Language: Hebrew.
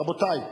רבותי,